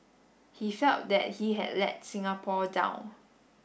he felt that he had let Singapore down